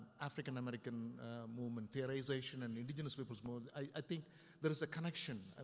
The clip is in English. african american movement, terrorization and indigenous people's modes. i, i think there is a connection,